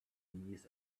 knees